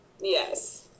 Yes